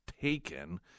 taken